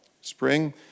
spring